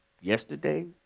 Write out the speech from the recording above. yesterday